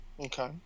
Okay